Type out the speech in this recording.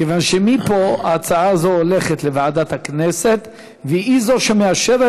כיוון שמפה ההצעה הזאת הולכת לוועדת הכנסת והיא שמאשרת